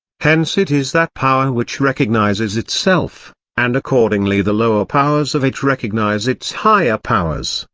hence it is that power which recognises itself and accordingly the lower powers of it recognise its higher powers,